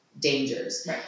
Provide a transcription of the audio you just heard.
dangers